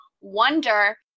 wonder